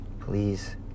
Please